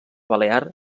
balear